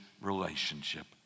relationship